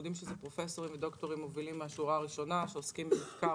פרופסורים ודוקטורים מובילים מן השורה הראשונה שעוסקים במחקר.